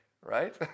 right